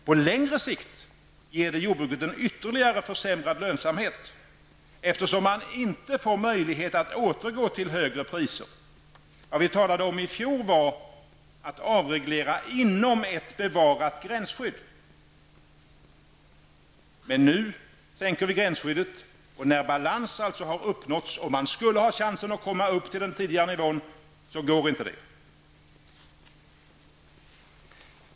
På längre sikt ger det jordbruket en ytterligare försämrad lönsamhet eftersom man inte får möjlighet att återgå till högre priser. Vi talade i fjol om att avreglera ''inom ett bevarat gränsskydd''. Nu sänks gränsskyddet, men då balans uppnåtts och man skulle ha chans att komma upp till den tidigare nivån går det inte.